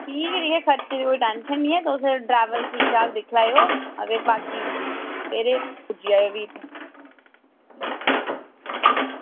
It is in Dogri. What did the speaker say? ठीक ऐ ठीक ठीक खर्चे दी कोई टेंशन निं ऐ तुस ड्रैवर ठीक ठाक दिक्खी लैएओ अते बाकी सवेरे पुज्जी जाएओ फ्ही